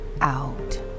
out